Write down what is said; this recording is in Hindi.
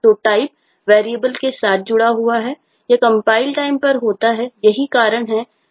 तो टाइपजुड़ा हुआ है